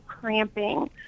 cramping